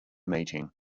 meeting